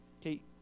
Okay